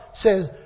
says